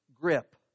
grip